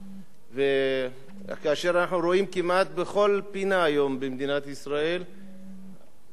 כאשר אנחנו רואים כמעט בכל פינה היום במדינת ישראל אנשים שבצורה בלתי